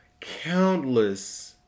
countless